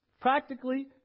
Practically